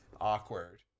Awkward